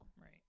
Right